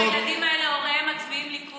אני לא בדקתי אם הילדים האלה או הוריהם מצביעים ליכוד.